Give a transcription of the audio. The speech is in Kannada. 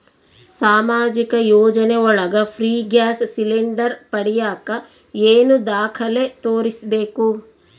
ಸಾಮಾಜಿಕ ಯೋಜನೆ ಒಳಗ ಫ್ರೇ ಗ್ಯಾಸ್ ಸಿಲಿಂಡರ್ ಪಡಿಯಾಕ ಏನು ದಾಖಲೆ ತೋರಿಸ್ಬೇಕು?